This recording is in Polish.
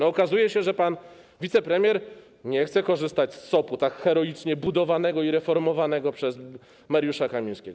Okazuje się, że pan wicepremier nie chce korzystać z SOP-u, tak heroicznie budowanego i reformowanego przez Mariusza Kamińskiego.